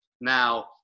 Now